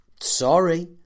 sorry